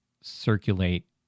circulate